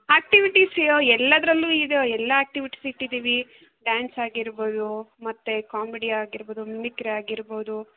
activities ಎಲ್ಲದರಲ್ಲೂ ಇದು ಎಲ್ಲ ಆಕ್ಟಿವಿಟೀಸ್ ಇಟ್ಟಿದ್ದೀವಿ ಡಾನ್ಸ್ ಆಗಿರ್ಬೋದು ಮತ್ತೆ ಕಾಮಿಡಿ ಆಗಿರ್ಬೋದು ಮಿಮಿಕ್ರಿ ಆಗಿರ್ಬೋದು